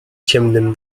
ciemnym